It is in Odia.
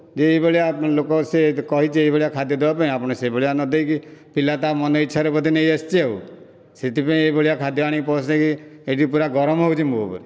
ଏଇ ଭଳିଆ ଲୋକ ସେ କହିଛି ଏଇ ଭଳିଆ ଖାଦ୍ୟ ଦେବା ପାଇଁ ଆପଣ ସେ ଭଳିଆ ନ ଦେଇକି ପିଲା ତା ମନ ଇଚ୍ଛା ରେ ବୋଧେ ନେଇଆସିଛି ଆଉ ସେଇଥିପାଇଁ ଏଇ ଭଳିଆ ଖାଦ୍ୟ ଆଣିକି ପହଞ୍ଚେଇକି ଏଠି ପୂରା ଗରମ ହେଉଛି ମୋ ଉପରେ